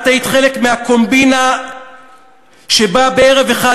את היית חלק מהקומבינה שבה בערב אחד,